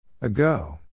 Ago